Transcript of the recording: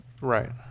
Right